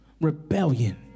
rebellion